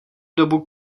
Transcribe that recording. dobu